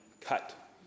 cut